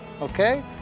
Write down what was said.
okay